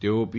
તેઓ પી